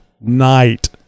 night